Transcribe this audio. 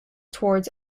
towards